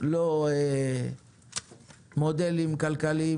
לא מודלים כלכליים,